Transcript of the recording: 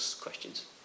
questions